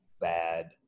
bad